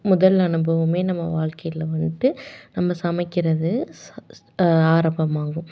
முதல் அனுபவம் நம்ம வாழ்க்கையில வந்துட்டு நம்ம சமைக்கிறது ஆரம்பமாகும்